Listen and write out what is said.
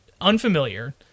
unfamiliar